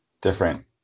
different